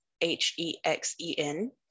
H-E-X-E-N